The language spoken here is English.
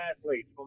athletes